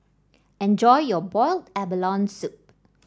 enjoy your Boiled Abalone Soup